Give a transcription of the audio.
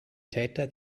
täter